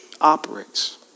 operates